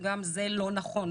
וגם זה לא נכון.